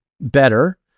better